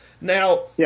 Now